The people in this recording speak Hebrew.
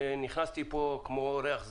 אני באתי מהתחום ההומני ונכנסתי לכאן כמו אורח זר,